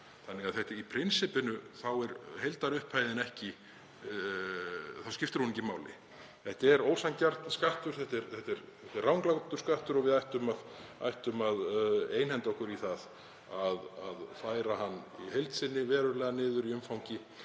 þannig að í prinsippinu skiptir heildarupphæðin ekki máli. Þetta er ósanngjarn skattur, þetta er ranglátur skattur og við ættum að einhenda okkur í það að færa hann í heild sinni verulega niður í umfangi